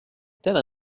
telle